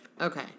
Okay